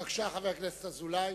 בבקשה, חבר הכנסת אזולאי.